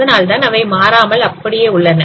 அதனால்தான் அவை மாறாமல் அப்படியே உள்ளன